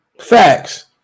Facts